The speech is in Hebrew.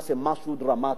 נעשה משהו דרמטי,